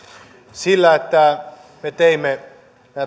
sillä että me teimme